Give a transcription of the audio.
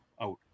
out